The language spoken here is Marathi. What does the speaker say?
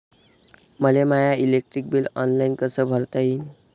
मले माय इलेक्ट्रिक बिल ऑनलाईन कस भरता येईन?